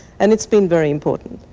and it's been very important.